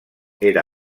era